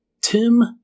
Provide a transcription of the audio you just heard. Tim